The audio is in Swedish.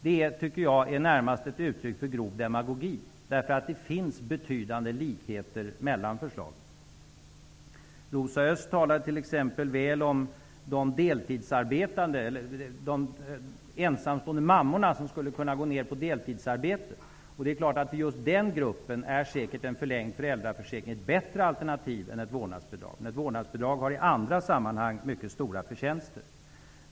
Det är närmast ett uttryck för en grov demagogi, eftersom det finns betydande likheter mellan förslagen. Rosa Östh talade t.ex. om de ensamstående mammor som skulle kunna gå ned till deltidsarbete, och för den gruppen är säkerligen en förlängd föräldraförsäkring ett bättre alternativ än ett vårdnadsbidrag. Men ett sådant har i andra sammanhang mycket stora förtjänster.